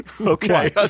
Okay